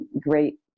great